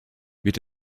wird